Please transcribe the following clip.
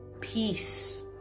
peace